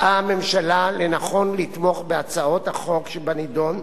מצאה הממשלה לנכון לתמוך בהצעות החוק שבנדון,